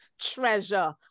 treasure